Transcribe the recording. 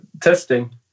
testing